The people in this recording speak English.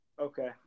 Okay